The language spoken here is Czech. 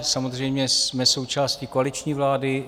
Samozřejmě jsme součástí koaliční vlády.